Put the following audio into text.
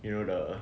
you know the